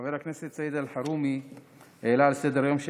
חבר הכנסת סעיד אלחרומי העלה על סדר-היום של